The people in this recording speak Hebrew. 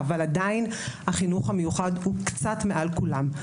אבל עדיין החינוך המיוחד הוא קצת מעל כולם.